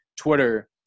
Twitter